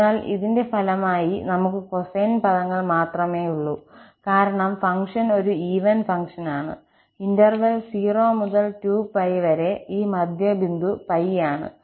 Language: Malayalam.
അതിനാൽ അതിന്റെ ഫലമായി നമുക് കൊസൈൻ പദങ്ങൾ മാത്രമേയുള്ളൂ കാരണം ഫംഗ്ഷൻ ഒരു ഈവൻ ഫംഗ്ഷനാണ് ഇന്റർവെൽ 0 മുതൽ 2𝜋 വരെ ഈ മധ്യ ബിന്ദു 𝜋 ആണ്